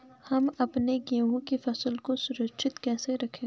हम अपने गेहूँ की फसल को सुरक्षित कैसे रखें?